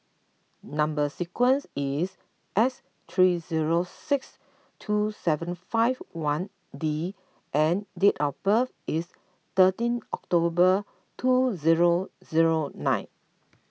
Number Sequence is S three zero six two seven five one D and date of birth is thirteen October two zero zero nine